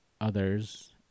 others